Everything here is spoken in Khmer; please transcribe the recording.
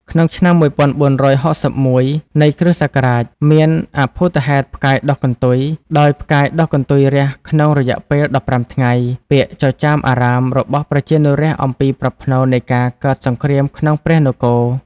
ក្នុងឆ្នាំ ១៤៦១ នៃគ.សករាជ មានអភូតហេតុផ្កាយដុះកន្ទុយដោយផ្កាយដុះកន្ទុយរះក្នុងរយៈពេល ១៥ថ្ងៃ ពាក្យចចាមអារ៉ាមរបស់ប្រជានុរាស្ត្រអំពីប្រផ្នូលនៃការកើតសង្គ្រាមក្នុងព្រះនគរ។